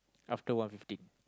after one fifteen